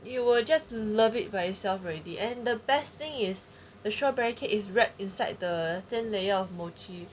you will just love it by itself already and the best thing is the strawberry cake is wrapped inside the thin layer of mochi